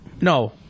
No